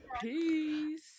Peace